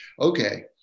okay